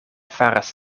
faras